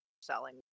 selling